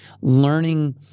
learning